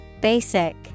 Basic